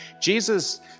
Jesus